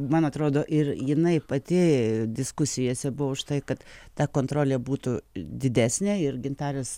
man atrodo ir jinai pati diskusijose buvo už tai kad ta kontrolė būtų didesnė ir gintarės